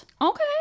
Okay